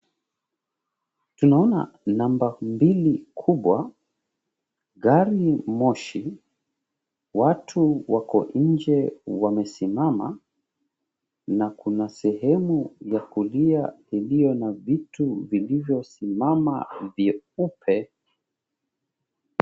Tunaona namba mbili kubwa, gari moshi, watu wako nje wamesimama na kuna sehemu ya kulia iliyo na vitu vilivyosimama vyeupe.